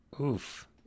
Oof